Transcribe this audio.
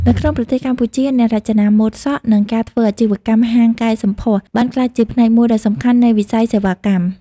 នៅក្នុងប្រទេសកម្ពុជា អ្នករចនាម៉ូដសក់និងការធ្វើអាជីវកម្មហាងកែសម្ផស្សបានក្លាយជាផ្នែកមួយដ៏សំខាន់នៃវិស័យសេវាកម្ម។